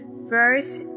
verse